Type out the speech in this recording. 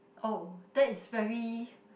oh that is very